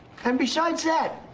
and besides that,